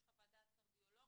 יש חוות דעת קרדיולוג,